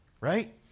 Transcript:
Right